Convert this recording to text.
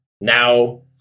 Now